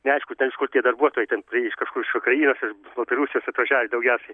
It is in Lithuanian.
neaišku ten iš kur tie darbuotojai ten prie iš kažkur iš ukrainos ar baltarusijos atvažiavę daugiausiai